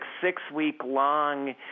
six-week-long